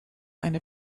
eine